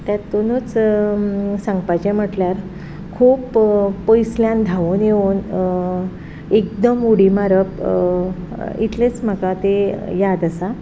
तेतूनच सांगपाचें म्हटल्यार खूब पयसल्यान धांवून येवन एकदम उडी मारप इतलेंच म्हाका तें याद आसा